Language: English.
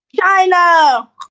china